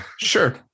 Sure